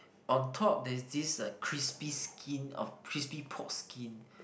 on top there is this crispy skin of crispy pork skin